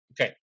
okay